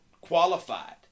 qualified